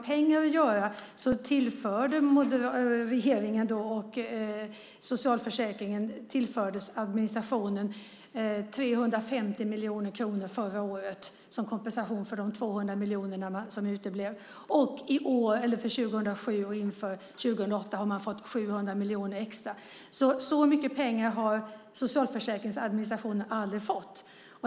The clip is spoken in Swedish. Regeringen tillförde socialförsäkringen och administrationen 350 miljoner kronor förra året som kompensation för de 200 miljoner som uteblev. För 2007 och inför 2008 har man fått 700 miljoner extra. Så mycket pengar har socialförsäkringsadministrationen aldrig fått.